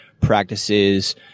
practices